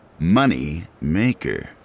Moneymaker